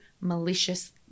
malicious